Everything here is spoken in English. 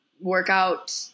workout